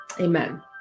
Amen